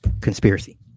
conspiracy